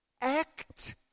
act